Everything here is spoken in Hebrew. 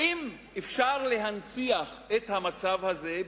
האם אפשר להנציח את המצב הזה,